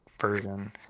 version